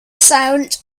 silent